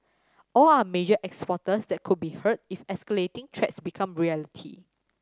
all are major exporters that could be hurt if escalating threats become reality